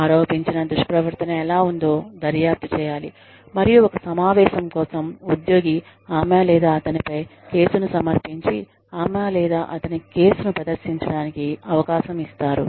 ఆరోపించిన దుష్ప్రవర్తన ఎలా ఉందో దర్యాప్తు చేయాలి మరియు ఒక సమావేశం కోసం ఉద్యోగి ఆమె లేదా అతనిపై కేసును సమర్పించి ఆమె లేదా అతని కేస్ ను ప్రదర్శించడానికి అవకాశం ఇస్తారు